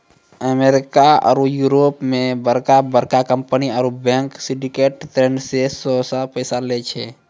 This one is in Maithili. अमेरिका आरु यूरोपो मे बड़का बड़का कंपनी आरु बैंक सिंडिकेटेड ऋण से सेहो पैसा लै छै